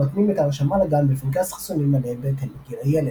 מתנים את ההרשמה לגן בפנקס חיסונים מלא בהתאם לגיל הילד.